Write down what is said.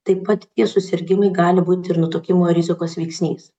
taip pat tie susirgimai gali būt ir nutukimo rizikos veiksnys